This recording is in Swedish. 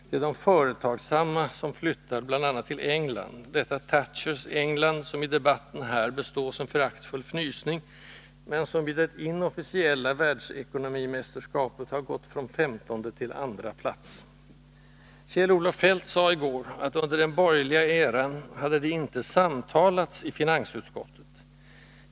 Det är de företagsamma som flyttar, bl.a. till England — detta Thatchers England, som i debatten här bestås en föraktfull fnysning men som i det inofficiella världsekonomimästerskapet har gått från 15:e till 2:a plats. Kjell-Olof Feldt sade i går, att under den borgerliga eran hade det inte samtalats i finansutskottet.